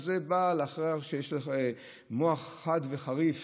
זה בא מאחר שיש לך מוח חד וחריף